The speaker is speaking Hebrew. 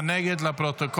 בנבטים,